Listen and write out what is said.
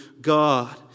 God